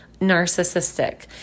narcissistic